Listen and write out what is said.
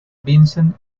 vincent